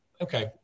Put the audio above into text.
okay